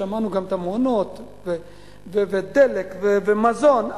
שמענו גם על המעונות ודלק ומזון,